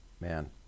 man